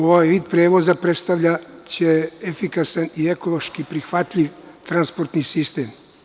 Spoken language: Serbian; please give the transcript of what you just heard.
Ovaj vid prevoza predstavljaće efikasan i ekološki prihvatljiv transportni sistem.